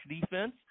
defense